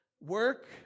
work